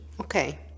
Okay